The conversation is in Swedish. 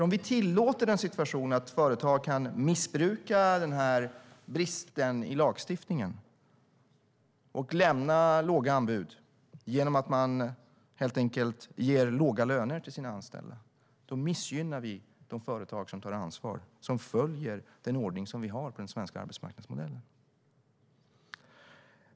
Om vi tillåter en situation där företag kan missbruka bristen i lagstiftningen och lämna låga anbud genom att helt enkelt ge låga löner till sina anställda missgynnar vi de företag som tar ansvar och som följer den ordning vi har inom den svenska arbetsmarknadsmodellen.